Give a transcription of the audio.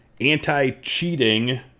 anti-cheating